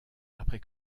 après